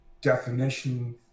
definition